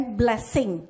blessing